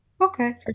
Okay